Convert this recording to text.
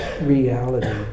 reality